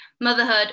motherhood